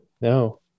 No